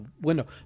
window